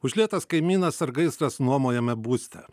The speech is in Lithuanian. užlietas kaimynas ar gaisras nuomojame būste